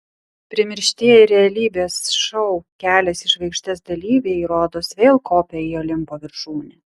primirštieji realybės šou kelias į žvaigždes dalyviai rodos vėl kopia į olimpo viršūnę